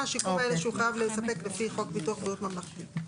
השיקום האלה שהוא חייב לספק לפי חוק ביטוח בריאות ממלכתי,